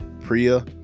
priya